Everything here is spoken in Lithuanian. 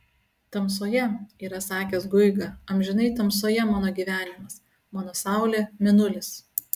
tamsoje yra sakęs guiga amžinai tamsoje mano gyvenimas mano saulė mėnulis